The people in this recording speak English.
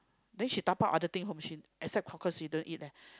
then she dabao other thing home she except cockles she don't eat leh